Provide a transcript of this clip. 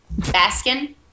Baskin